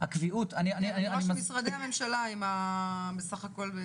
גילאי 25 עד 64. מה הכוונה של "שכר ממוצע למשרה"?